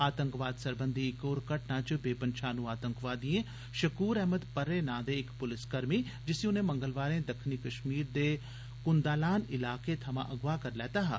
आतंकवाद सरबंधी इक होर घटना च बेपंछानु आतंकवादिएं शकूर अहमद पर्रे नां दे इक पुलस कर्मी जिसी उनें मंगलवारे दक्खण कश्मीर दे कुम्दालान इलाके थमां अगवाह करी लैता हा